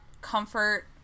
comfort